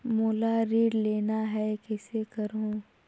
मोला ऋण लेना ह, कइसे करहुँ?